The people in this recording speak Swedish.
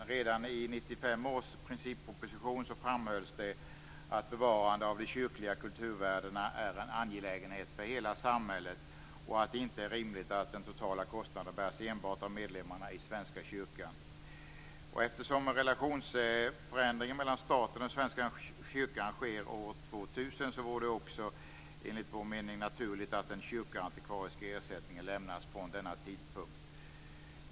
Redan i 1995 års principproposition framhölls det att bevarandet av de kyrkliga kulturvärdena är en angelägenhet för hela samhället och att det inte är rimligt att den totala kostnaden bärs enbart av medlemmarna i Svenska kyrkan sker år 2000 vore det också enligt vår mening naturligt att den kyrkoantikvariska ersättningen lämnas från denna tidpunkt.